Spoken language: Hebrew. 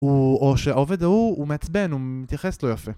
או שעובד ההוא הוא מעצבן ומתייחס לא יפה